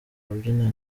kubyina